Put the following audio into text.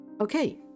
Okay